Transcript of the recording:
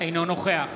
אינו נוכח